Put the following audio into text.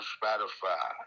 Spotify